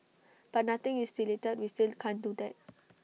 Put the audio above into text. but nothing is deleted we still can't do that